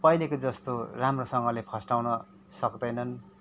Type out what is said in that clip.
पहिलेको जस्तो राम्रोसँगले फस्टाउन सक्दैनन्